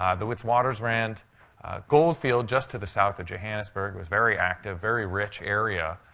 um the witwatersrand gold field just to the south of johannesburg was very active very rich area.